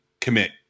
commit